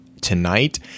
tonight